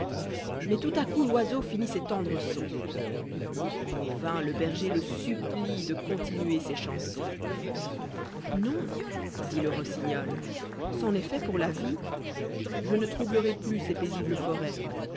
mais tout à coup l'oiseau finit ses tendres sons en vain le berger le supplie de continuer ses chansons non dit le rossignol c'en est fait pour la vie j je ne troublerai plus ces paisibles forêts